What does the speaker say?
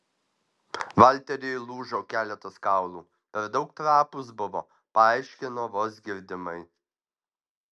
valteriui lūžo keletas kaulų per daug trapūs buvo paaiškino vos girdimai